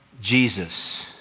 Jesus